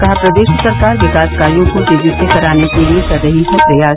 कहा प्रदेश सरकार विकास कार्यों को तेजी से कराने के लिए कर रही है प्रयास